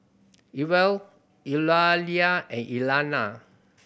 Ewell Eulalia and Elana